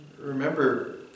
Remember